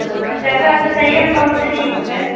हँ जगह तऽ सहिएमे बहुत नीक छै